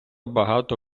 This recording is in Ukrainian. багато